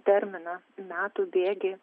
terminą metų bėgy